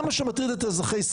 זה מה שמטריד את אזרחי ישראל.